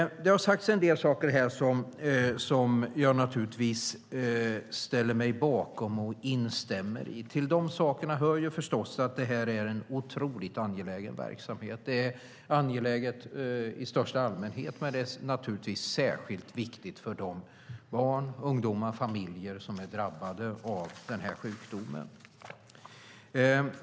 Det har sagts en del saker här som jag naturligtvis ställer mig bakom. Till de sakerna hör förstås att det här är en otroligt angelägen verksamhet. Den är angelägen i största allmänhet, men den är särskilt viktig för de barn, ungdomar och familjer som är drabbade av den här sjukdomen.